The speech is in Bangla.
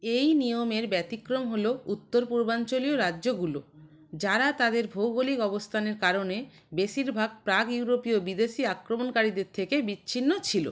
এই নিয়মের ব্যতিক্রম হলো উত্তর পূর্বাঞ্চলীয় রাজ্যগুলো যারা তাদের ভৌগোলিক অবস্থানের কারণে বেশিরভাগ প্রাক ইউরোপীয় বিদেশি আক্রমণকারীদের থেকে বিচ্ছিন্ন ছিল